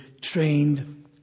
trained